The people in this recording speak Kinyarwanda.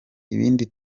ibindi